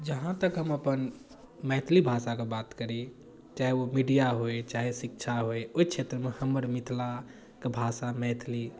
जहांँ तक हम अपन मैथिली भाषाके बात करी चाहे ओ मीडिआ होय चाहे ओ शिक्षा होय ओहि क्षेत्रमे हमर मिथिलाके भाषा मैथिली